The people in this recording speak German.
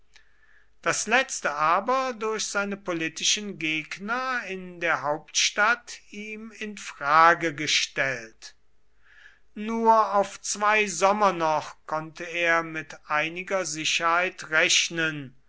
das letzte aber durch seine politischen gegner in der hauptstadt ihm in frage gestellt nur auf zwei sommer noch konnte er mit einiger sicherheit rechnen